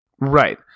Right